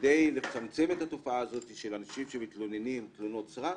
מנת לצמצם את התופעה של אנשים שמתלוננים תלונות סרק.